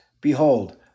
behold